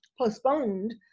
postponed